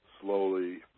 slowly